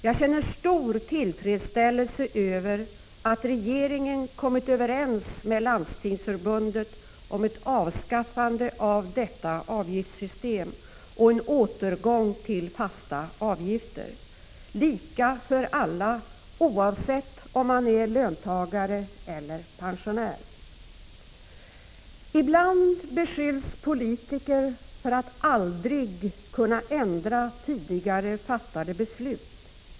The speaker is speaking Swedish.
Jag känner stor tillfredsställelse över att regeringen kommit överens med Landstingsförbundet om ett avskaffande av detta avgiftssystem och en återgång till fasta avgifter lika för alla, oavsett om man är löntagare eller pensionär. Ibland beskylls politiker för att aldrig kunna ändra tidigare fattade beslut.